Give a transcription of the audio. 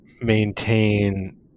maintain